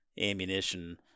ammunition